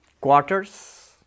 quarters